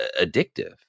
addictive